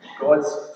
God's